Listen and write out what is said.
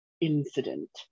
incident